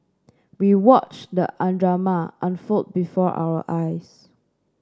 we watched the drama unfold before our eyes